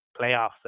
playoffs